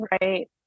Right